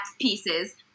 pieces